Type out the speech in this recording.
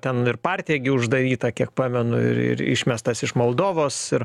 ten ir partija gi uždaryta kiek pamenu ir ir išmestas iš moldovos ir